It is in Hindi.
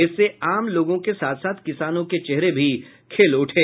इससे आम लोगों के साथ साथ किसानों के चेहरे भी खिल उठे